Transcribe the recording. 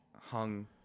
hung